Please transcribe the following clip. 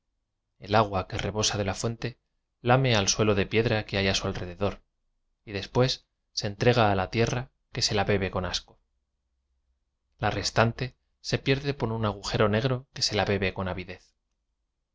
el agua que rebosa de la fuente lame al suelo de piedra que hay a su alrededor y después se entrega a la tierra que se la bebe con asco la restan te se pierde por un agujero negro que se la bebe con avidez